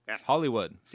Hollywood